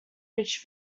reached